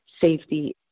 safety